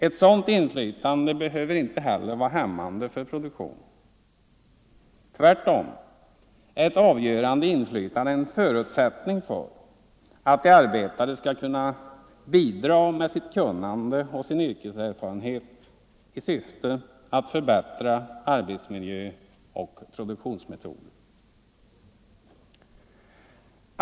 Ett sådant inflytande behöver inte heller vara hämmande för produktionen. Tvärtom är ett avgörande inflytande en förutsättning för att de arbetande skall kunna bidra med sitt kunnande och sin yrkeserfarenhet i syfte att förbättra arbetsmiljö och produktionsmetoder.